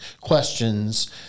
questions